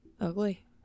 ugly